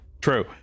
true